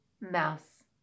mouse